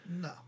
No